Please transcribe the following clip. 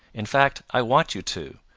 in fact, i want you to.